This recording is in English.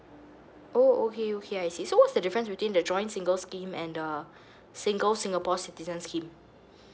oh okay okay I see so what's the difference between the joint single scheme and the single singapore citizen scheme